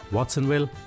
Watsonville